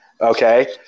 okay